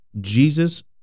Jesus